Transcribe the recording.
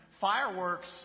fireworks